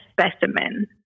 specimen